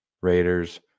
Raiders